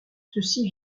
ceci